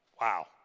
Wow